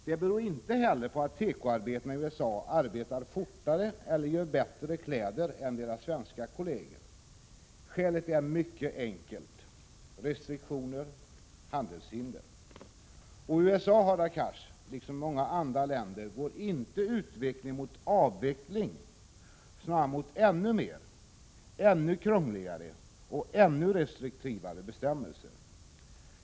Inte heller beror det på att tekoarbetarna i USA arbetar fortare eller gör bättre kläder än sina svenska kolleger. Skälet är helt enkelt restriktioner och handelshinder. Vidare, Hadar Cars, vill jag framhålla att utvecklingen i USA — liksom i många länder — inte går mot avveckling utan snarare mot ännu fler samt ännu krångligare och ännu restriktivare bestämmelser.